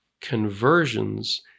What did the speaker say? conversions